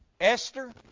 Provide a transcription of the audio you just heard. Esther